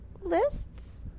Lists